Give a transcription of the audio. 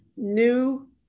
new